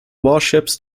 warships